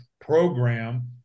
program